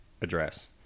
address